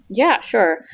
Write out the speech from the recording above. yeah, sure.